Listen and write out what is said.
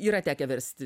yra tekę versti